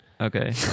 Okay